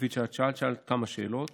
הספציפית שאת שאלת, שאלת כמה שאלות